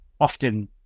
often